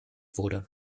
wurde